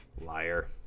Liar